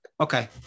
Okay